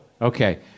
Okay